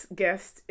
guest